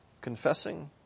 confessing